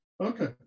okay